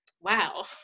Wow